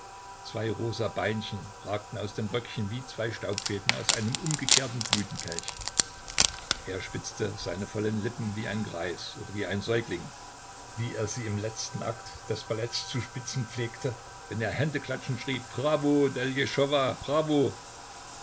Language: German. zwei rosa beinchen ragten aus dem röckchen wie zwei staubfäden aus einem umgekehrten blütenkelch er spitzte seine vollen lippen wie ein greis oder wie ein säugling wie er sie im letzten akt des balletts zu spitzen pflegte wenn er händeklatschend schrie bravo